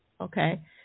okay